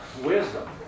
wisdom